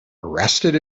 arrested